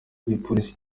igipolisi